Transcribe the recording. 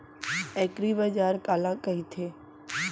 एगरीबाजार काला कहिथे?